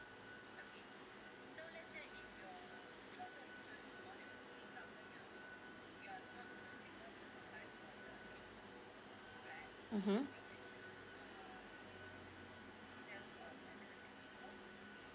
mmhmm